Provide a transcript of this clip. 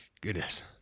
Goodness